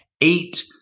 eight